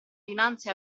dinanzi